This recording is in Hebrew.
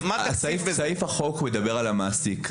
סעיף החוק מדבר על המעסיק.